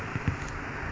okay ya